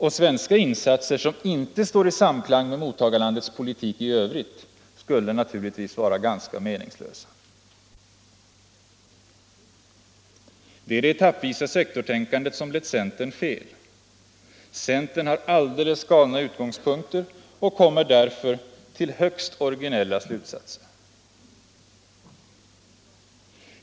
Och svenska insatser som inte står i samklang med mottagarlandets politik i övrigt skulle naturligtvis vara ganska meningslösa. Det är det etappvisa sektortänkandet som lett centern fel. Centern har alldeles galna utgångspunkter och kommer därför till högst originella slutsatser.